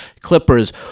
Clippers